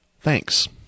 Thanks